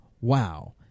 wow